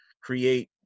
Create